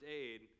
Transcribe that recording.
aid